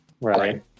right